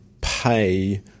pay